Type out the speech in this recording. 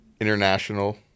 international